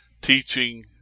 teaching